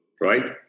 right